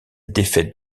défaite